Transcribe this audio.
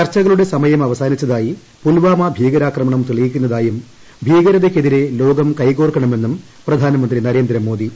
ചർച്ചകളുടെ സമയം അവസാനിച്ചതായി പുൽവാമ ഭീകരാക്രമണം തെളിയിക്കുന്നതായും ഭീകരതയ്ക്കെതിരെ ലോകം കൈകോർക്കണമെന്നും പ്രധാനമന്ത്രി നരേന്ദ്രമോദി